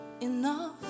enough